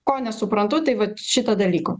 ko nesuprantu tai vat šito dalyko